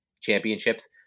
championships